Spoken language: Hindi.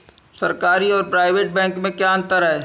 सरकारी और प्राइवेट बैंक में क्या अंतर है?